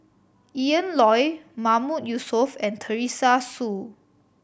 Ian Loy Mahmood Yusof and Teresa Hsu